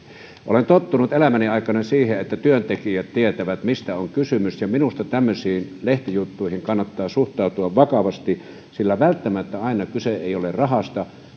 olen tottunut elämäni aikana siihen että työntekijät tietävät mistä on kysymys ja minusta tämmöisiin lehtijuttuihin kannattaa suhtautua vakavasti sillä välttämättä aina kyse ei ole rahasta vaan